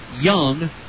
Young